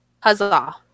Huzzah